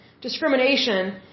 discrimination